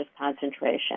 concentration